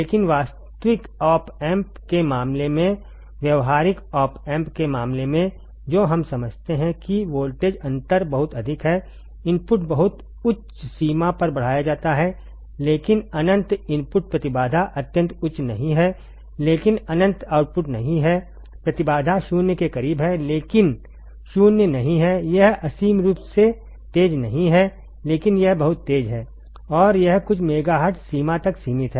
लेकिन वास्तविक op amp के मामले में व्यावहारिक ऑप एम्प के मामले में जो हम समझते हैं कि वोल्टेज अंतर बहुत अधिक है इनपुट बहुत उच्च सीमा पर बढ़ाया जाता है लेकिन अनंत इनपुट प्रतिबाधा अत्यंत उच्च नहीं है लेकिन अनंत आउटपुट नहीं है प्रतिबाधा शून्य के करीब है लेकिन शून्य नहीं है यह असीम रूप से तेज़ नहीं है लेकिन यह बहुत तेज़ है और यह कुछ मेगाहर्ट्ज़ सीमा तक सीमित है